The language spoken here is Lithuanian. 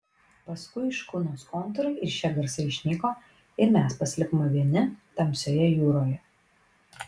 paskui škunos kontūrai ir šie garsai išnyko ir mes pasilikome vieni tamsioje jūroje